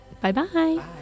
bye-bye